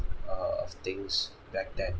err of things back then